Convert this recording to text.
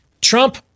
Trump